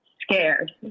scared